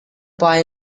pie